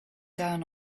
down